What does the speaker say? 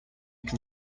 can